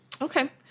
Okay